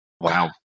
Wow